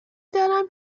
دارم